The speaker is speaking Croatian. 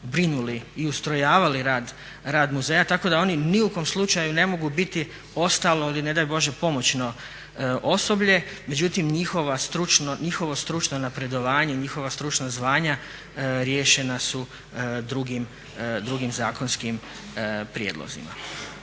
brinuli i ustrojavali rad muzeja tako da oni ni u kom slučaju ne mogu biti ostalo ili ne daj Bože pomoćno osoblje. Međutim njihovo stručno napredovanje, njihova stručna zvanja riješena su drugim zakonskim prijedlozima.